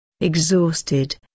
Exhausted